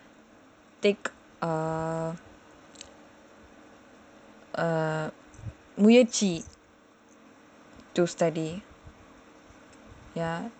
take err err முயற்சி:muyarchi to study